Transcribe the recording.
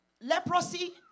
leprosy